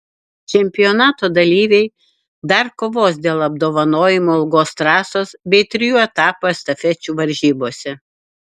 čempionato dalyviai dar kovos dėl apdovanojimų ilgos trasos bei trijų etapų estafečių varžybose